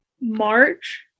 March